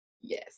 yes